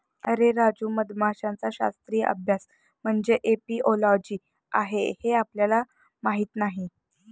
अरे राजू, मधमाशांचा शास्त्रीय अभ्यास म्हणजे एपिओलॉजी आहे हे आपल्याला माहीत नाही